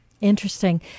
Interesting